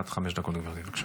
עד חמש דקות לגברתי.